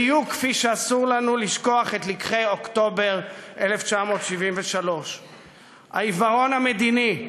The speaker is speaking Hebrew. בדיוק כפי שאסור לנו לשכוח את לקחי אוקטובר 1973. העיוורון המדיני,